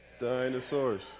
Dinosaurs